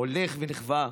הולך וכבה,